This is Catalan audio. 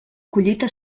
collita